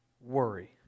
worry